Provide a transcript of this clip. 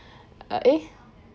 ah eh